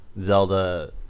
Zelda